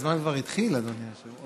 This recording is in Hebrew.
הזמן כבר התחיל, אדוני היושב-ראש.